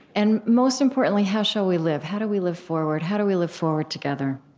and most importantly, how shall we live? how do we live forward? how do we live forward together?